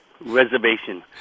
reservation